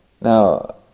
Now